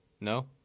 No